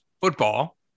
football